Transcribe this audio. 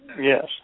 Yes